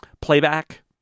playback